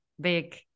big